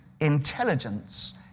intelligence